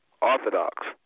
Orthodox